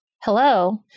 Hello